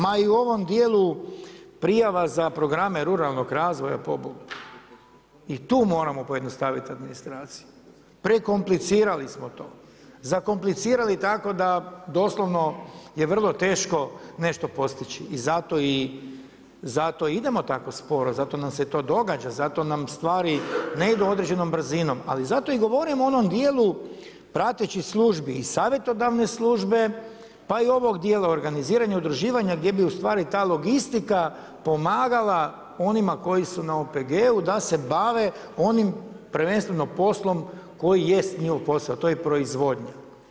Ma i u ovom dijelu prijava za programe ruralnog razvoja pobogu i tu moramo pojednostaviti administraciju, prekomplicirali smo to, zakomplicirali tako da doslovno je vrlo teško nešto postići i zato i idemo tako sporo, zato nam se to i događa, zato nam stvari ne idu određenom brzinom, ali zato i govorim u onom dijelu pratećih službi i savjetodavne službe, pa i ovog dijela organiziranja, udruživanja, gdje bi u stvari ta logistika pomagala onima koji su na OPG-u da se bave onim prvenstveno poslom koji jest njihov posao, a to je proizvodnja.